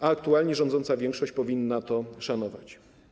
Aktualnie rządząca większość powinna to szanować.